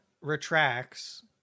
retracts